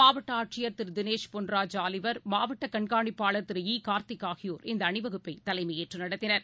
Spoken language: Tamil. மாவட்ட ஆட்சியர் திரு தினேஷ் பொன்ராஜ் ஆலிவர் மாவட்ட கண்காணிப்பாளர் திரு இ காா்த்திக் ஆகியோா் இந்த அணிவகுப்பை தலைமையேற்று நடத்தினா்